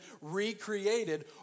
recreated